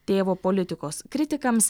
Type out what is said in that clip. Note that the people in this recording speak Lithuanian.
tėvo politikos kritikams